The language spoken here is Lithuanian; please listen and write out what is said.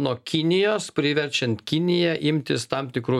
nuo kinijos priverčiant kiniją imtis tam tikrų